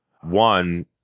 One